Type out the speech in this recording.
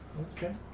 okay